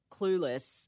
clueless